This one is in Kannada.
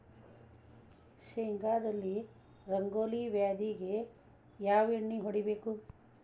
ಶೇಂಗಾದಲ್ಲಿ ರಂಗೋಲಿ ವ್ಯಾಧಿಗೆ ಯಾವ ಎಣ್ಣಿ ಹೊಡಿಬೇಕು?